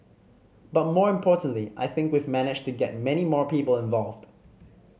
but more importantly I think we've managed to get many more people involved